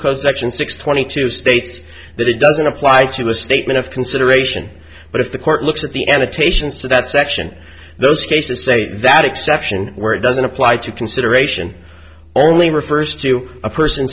section six twenty two states that it doesn't apply to a statement of consideration but if the court looks at the end of taishan is to that section those cases say that exception where it doesn't apply to consideration only refers to a person